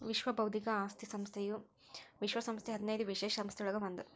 ವಿಶ್ವ ಬೌದ್ಧಿಕ ಆಸ್ತಿ ಸಂಸ್ಥೆಯು ವಿಶ್ವ ಸಂಸ್ಥೆಯ ಹದಿನೈದು ವಿಶೇಷ ಸಂಸ್ಥೆಗಳೊಳಗ ಒಂದ್